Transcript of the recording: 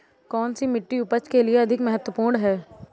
कौन सी मिट्टी उपज के लिए अधिक महत्वपूर्ण है?